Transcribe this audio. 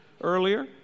earlier